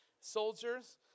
soldiers